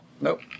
Nope